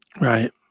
right